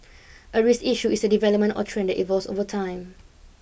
a risk issue is a development or trend that evolves over time